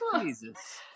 Jesus